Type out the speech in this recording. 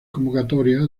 convocatoria